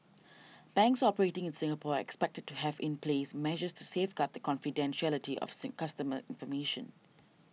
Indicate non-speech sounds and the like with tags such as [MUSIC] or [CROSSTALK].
banks operating in Singapore expected to have in place measures to safeguard the confidentiality of [UNINTELLIGIBLE] customer information